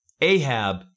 Ahab